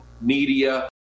media